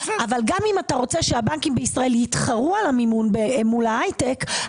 אבל גם אם אתה רוצה שהבנקים בישראל יתחרו על המימון מול ההייטק,